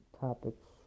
topics